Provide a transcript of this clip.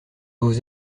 vous